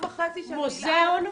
מלכ"ר.